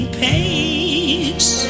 pace